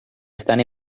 estan